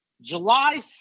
July